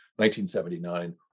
1979